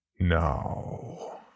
Now